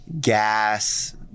gas